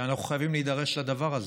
שאנחנו חייבים להידרש לדבר הזה.